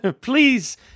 Please